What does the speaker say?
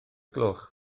gloch